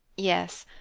yes,